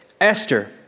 Esther